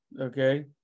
Okay